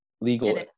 legal